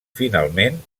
finalment